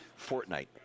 Fortnite